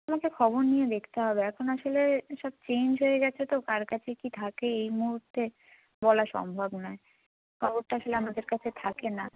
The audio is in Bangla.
আমাকে খবর নিয়ে দেকতে হবে এখন আসলে সব চেঞ্জ হয়ে গেছে তো কার কাছে কী থাকে এই মুহুত্তে বলা সম্ভব নয় খবরটা আসলে আমাদের কাছে থাকে না